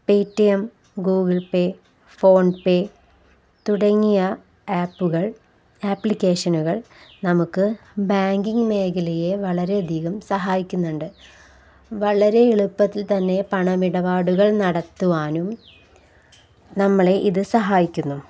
pay T M Google pay PhonePe തുടങ്ങിയ ആപ്പുകൾ ആപ്ലിക്കേഷനുകൾ നമുക്ക് ബാങ്കിങ് മേഖലയെ വളരെയധികം സഹായിക്കുന്നുണ്ട് വളരെ എളുപ്പത്തിൽ തന്നെ പണമിടപാടുകൾ നടത്തുവാനും നമ്മളെ ഇതു സഹായിക്കുന്നു